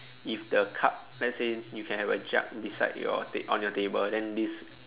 if the cup let's say you can have a jug beside your ta~ on your table then this